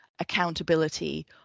accountability